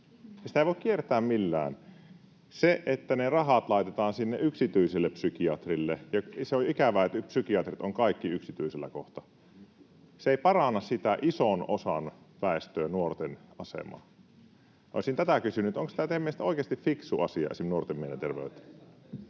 Sitä ei voi kiertää millään. Se, että ne rahat laitetaan sinne yksityiselle psykiatrille — ja se on ikävää, että psykiatrit ovat kaikki kohta yksityisellä — ei paranna sitä ison osan väestöä, nuorten, asemaa. Onko tämä teidän mielestänne oikeasti fiksu asia esim. nuorten mielenterveyteen?